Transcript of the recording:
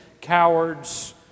cowards